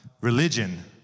Religion